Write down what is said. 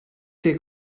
der